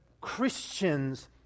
Christians